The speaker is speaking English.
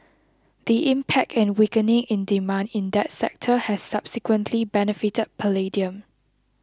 the impact and weakening in demand in that sector has subsequently benefited palladium